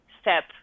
step